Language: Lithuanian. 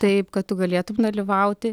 taip kad tu galėtum dalyvauti